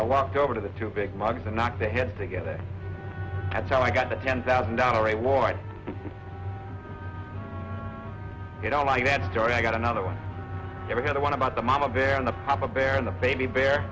i walk over to the two big mikes and knock the head together that's how i got the ten thousand dollar reward i don't like that story i got another one ever got the one about the mama bear on the papa bear the baby bear